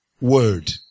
Word